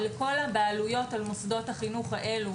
משרד החינוך ערך שימועים לכל הבעלויות על מוסדות החינוך האלה,